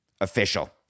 official